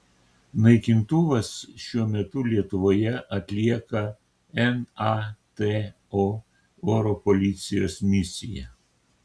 naikintuvas šiuo metu lietuvoje atlieka nato oro policijos misiją